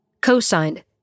Co-signed